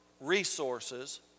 resources